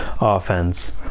offense